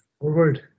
forward